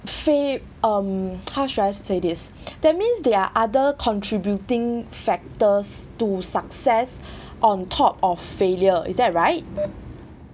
fai~ um how should I say this that means there are other contributing factors to success on top of failure is that right